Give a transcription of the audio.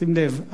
שים לב,